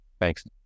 Thanks